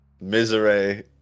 Misery